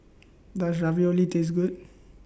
Does Ravioli Taste Good